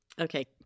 Okay